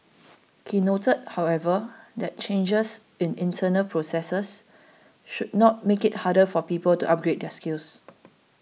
he noted however that changes in internal processes should not make it harder for people to upgrade their skills